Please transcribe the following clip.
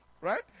Right